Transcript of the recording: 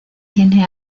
tiene